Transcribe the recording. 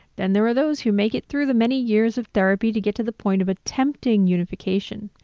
then there are those who make it through the many years of therapy to get to the point of attempting unification.